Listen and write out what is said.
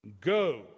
Go